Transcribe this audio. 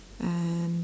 and